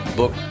book